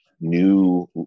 new